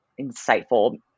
insightful